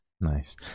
nice